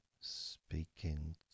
Speaking